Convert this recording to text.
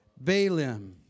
Balaam